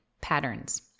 patterns